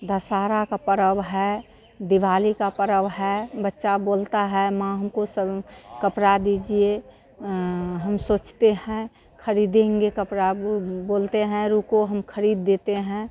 दशहरा का पर्व है दिवाली का पर्व है बच्चे बोलते हैं माँ हमको सं कपड़े दीजिए हम सोचते हैं ख़रीदेंगे कपड़ा गु बोलते हैं रुको हम ख़रीद देते हैं